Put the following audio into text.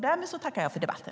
Därmed tackar jag för debatten.